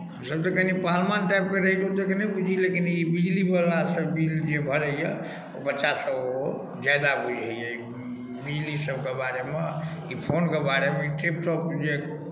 हमसभ तऽ कनि पहलवान टाइप रही ओतेक नहि बुझियै लेकिन ई बिजलीवला सभ बिजली बिल जे भरैए ओ बच्चासभ ओ ज्यादा बुझैए बिजली सभके बारेमे ई फोनके बारेमे टिपटोप जे